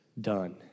done